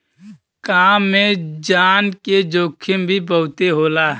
काम में जान के जोखिम भी बहुते होला